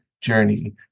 journey